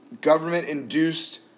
government-induced